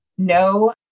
no